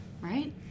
right